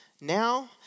now